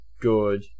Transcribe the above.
good